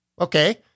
Okay